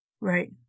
right